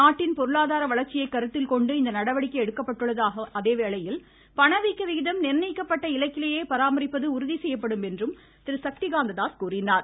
நாட்டின் பொருளாதார வளர்ச்சியை கருத்தில் கொண்டு இந்நடவடிக்கை எடுக்கப்பட்டுள்ள அதே வேளையில் பணவீக்க விகிதம் நிர்ணயிக்கப்பட்ட இலக்கிலேயே பராமரிப்பது உறுதி செய்யப்படும் என்றும் அவர் கூறினார்